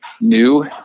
new